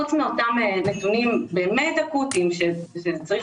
חוץ מאותם נתונים באמת אקוטיים שצריך